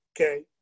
Okay